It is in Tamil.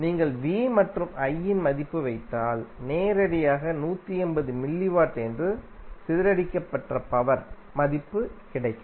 நீங்கள் மற்றும் இன் மதிப்பு வைத்தால் நேரடியாக 180 மில்லிவாட் என்று சிதறடிக்கப்பெற்ற பவர் மதிப்பு கிடைக்கும்